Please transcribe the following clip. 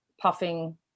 puffing